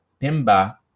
Pimba